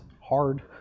hard